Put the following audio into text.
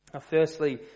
Firstly